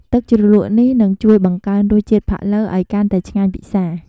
ទឹកជ្រលក់នេះនឹងជួយបង្កើនរសជាតិផាក់ឡូវឱ្យកាន់តែឆ្ងាញ់ពិសា។